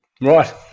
Right